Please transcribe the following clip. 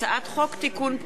הצעת חוק המכר (דירות) (תיקון,